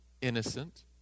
innocent